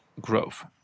growth